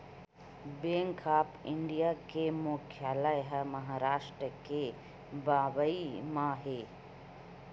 bank of India के मुख्यालय ह महारास्ट के बंबई म हे